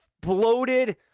bloated